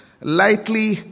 lightly